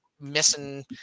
missing